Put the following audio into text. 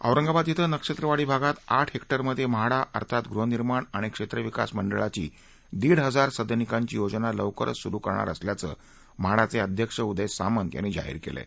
औरंगाबाद िक्षेत्रवाडी भागात आठ हेक्ट्रिमध्ये म्हाज अर्थात गृहनिर्माण आणि क्षेत्रविकास मंडळाची दीड हजार सदनिकांची योजना लवकरचं सुरु करणार असल्याचं म्हाडाचे अध्यक्ष उदय सामंत यांनी जाहीर केलं आहे